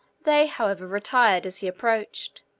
they, however, retired as he approached.